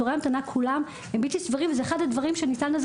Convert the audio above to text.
תורי ההמתנה כולם הם בלתי סבירים וזה אחד הדברים שניתן לזה